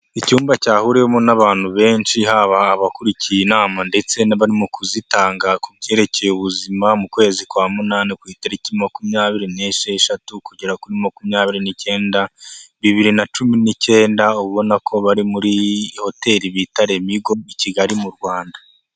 Icyumba cyahuriwemo n'abantu benshi, haba abakurikiye inama ndetse n'abarimo kuzitanga ku byerekeye ubuzima. Mu kwezi kwa munani ku itariki makumyabiri n'esheshatu kugera kuri makumyabiri n'icyenda bibiri na cumi n'icyenda. Ubona ko bari muri hoteli bita remigo, i kigali mu Rwanda.